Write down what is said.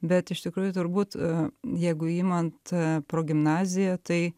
bet iš tikrųjų turbūt jeigu imant progimnaziją tai